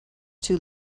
too